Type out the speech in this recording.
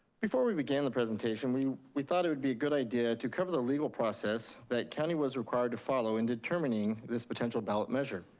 before we begin the presentation, we we thought it would be a good idea to cover the legal process that county was required to follow in determining this potential ballot measure.